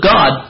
God